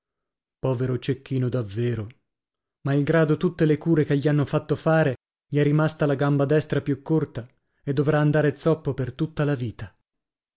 povero cecchino davvero malgrado tutte le cure che gli hanno fatto fare gli è rimasto la gamba destra più corta e dovrà andare zoppo per tutta la vita